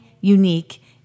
unique